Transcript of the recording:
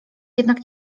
jednak